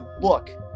look